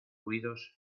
ruidos